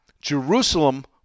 Jerusalem